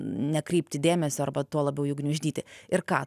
nekreipti dėmesio arba tuo labiau jų gniuždyti ir ką